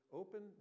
open